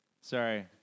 Sorry